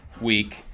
week